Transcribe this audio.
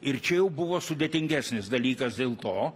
ir čia jau buvo sudėtingesnis dalykas dėl to